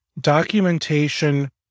documentation